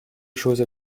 choses